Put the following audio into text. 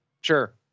Sure